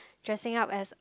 dressing up as